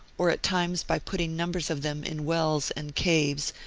or at times by putting numbers of them in wells and caves,